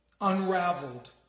unraveled